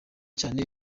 cyane